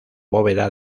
bóveda